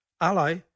ally